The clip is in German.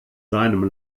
seinem